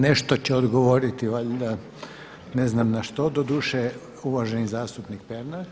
Nešto će odgovoriti valjda, ne znam na što doduše, uvaženi zastupnik Pernar.